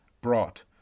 brought